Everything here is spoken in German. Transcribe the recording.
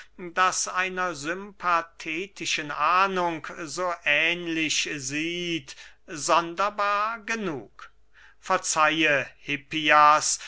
das einer sympathetischen ahnung so ähnlich sieht sonderbar genug verzeihe hippias